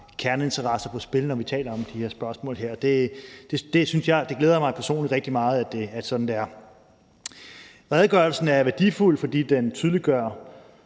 har kerneinteresser på spil, når vi taler om de her spørgsmål. Det glæder mig personligt rigtig meget, at det er sådan, det er. Redegørelsen er værdifuld, fordi den tydeliggør